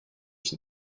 ich